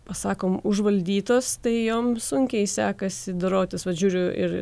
pasakom užvaldytos tai joms sunkiai sekasi dorotis vat žiūriu ir